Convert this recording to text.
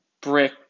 Brick